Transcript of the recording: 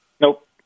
Nope